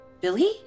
Billy